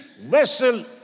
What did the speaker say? vessel